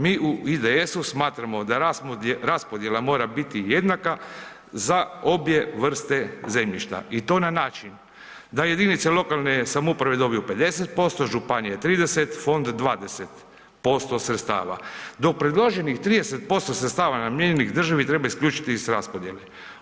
Mi u IDS-u smatramo da raspodjela mora biti jednaka za obje vrste zemljišta i to na način da jedinice lokalne samouprave dobiju 50%, županije, Fond 20% sredstava, dok predloženih 30% namijenjenih državi treba isključiti iz raspodjele.